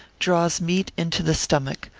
draws meat into the stomach,